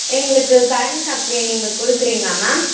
எங்களுக்கு current supply நீங்கள் கொடுக்குறீங்களா மேம்